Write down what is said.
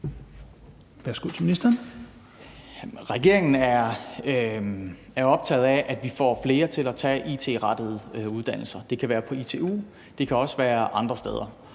(Jesper Petersen): Regeringen er optaget af, at vi får flere til at tage it-rettede uddannelser. Det kan være på ITU, det kan også være andre steder.